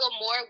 more